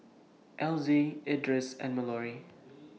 Elzie Edris and Malorie